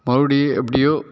மறுபடி எப்படியோ